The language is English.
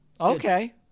okay